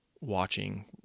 watching